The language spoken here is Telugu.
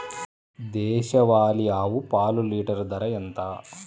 దేశవాలీ ఆవు పాలు లీటరు ధర ఎంత?